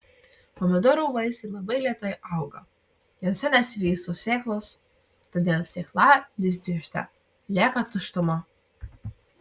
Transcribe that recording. pomidorų vaisiai labai lėtai auga juose nesivysto sėklos todėl sėklalizdžiuose lieka tuštuma